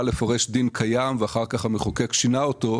לפרש דין קיים ואחר כך המחוקק שינה אותו,